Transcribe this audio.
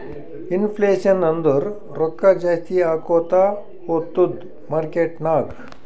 inflation ಅಂದುರ್ ರೊಕ್ಕಾ ಜಾಸ್ತಿ ಆಕೋತಾ ಹೊತ್ತುದ್ ಮಾರ್ಕೆಟ್ ನಾಗ್